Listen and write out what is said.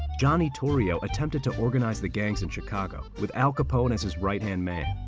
johnny torrio attempted to organize the gangs in chicago with al capone as his right-hand man.